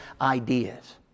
ideas